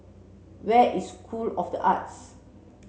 where is School of The Arts